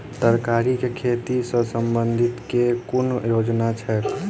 तरकारी केँ खेती सऽ संबंधित केँ कुन योजना छैक?